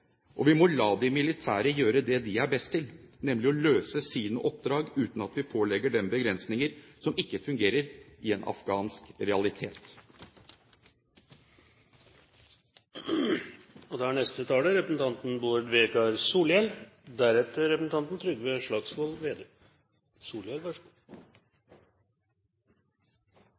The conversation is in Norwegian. og vi må la de militære gjøre det de er best til, nemlig å løse sine oppdrag uten at vi pålegger dem begrensninger som ikke fungerer i en afghansk realitet.